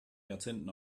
jahrzehnten